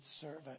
servant